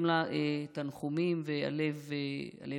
עוד משפחה שאנחנו שולחים לה תנחומים והלב בוכה.